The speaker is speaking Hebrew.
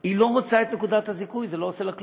היא לא רוצה את נקודת הזיכוי, זה לא עושה לה כלום,